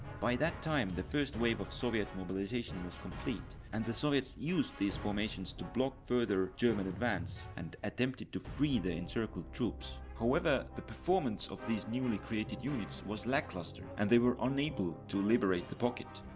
by that time, time, the first wave of soviet mobilization was complete and the soviets used these formations to block further german advance and attempted to free the encircled troops. however the performance of these newly created units was lacklustre and they were unable to liberate the pocket.